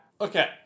Okay